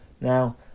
Now